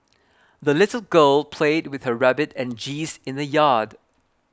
the little girl played with her rabbit and geese in the yard